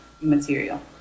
material